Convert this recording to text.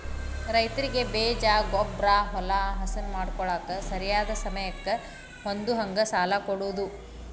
ರೈತರಿಗೆ ಬೇಜ, ಗೊಬ್ಬ್ರಾ, ಹೊಲಾ ಹಸನ ಮಾಡ್ಕೋಳಾಕ ಸರಿಯಾದ ಸಮಯಕ್ಕ ಹೊಂದುಹಂಗ ಸಾಲಾ ಕೊಡುದ